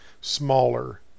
smaller